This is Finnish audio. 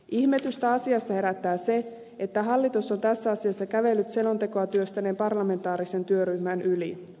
ihmetystä asiassa herättää se että hallitus on tässä asiassa kävellyt selontekoa työstäneen parlamentaarisen työryhmän yli